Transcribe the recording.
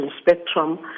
spectrum